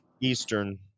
Eastern